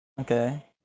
Okay